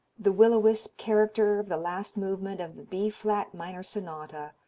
the will o' wisp character of the last movement of the b flat minor sonata,